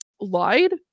lied